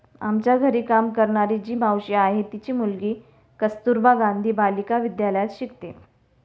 आमच्या घरी काम करणारी जी मावशी आहे, तिची मुलगी कस्तुरबा गांधी बालिका विद्यालयात शिकते